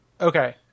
Okay